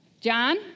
John